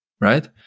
right